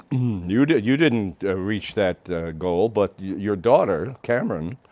you and you didn't reach that goal but your daughter, cameron,